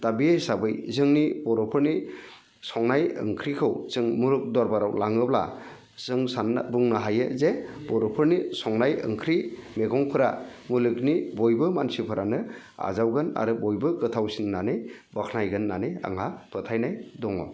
दा बे हिसाबै जोंनि बर'फोरनि संनाय ओंख्रिखौ जों मुलुग दरबाराव लाङोब्ला जों साननो बुंनो हायो जे बर'फोरनि संनाय ओंख्रि मैगंफोरा मुलुगनि बयबो मानसिफोरानो आजावगोन आरो बयबो गोथावसिन होननानै बाख्नायगोन होननानै आंहा फोथायनाय दङ